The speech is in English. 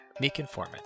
MeekInformant